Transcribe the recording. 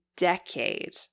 decade